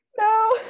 No